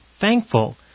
thankful